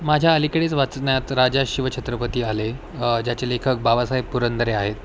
माझ्या अलीकडीच वाचण्यात राजा शिवछत्रपती आले ज्याचे लेखक बाबासाहेब पुरंदरे आहेत